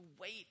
wait